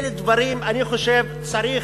אלה דברים, אני חושב שצריך,